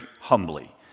humbly